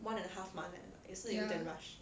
ya